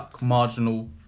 marginal